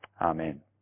Amen